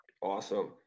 Awesome